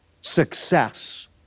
success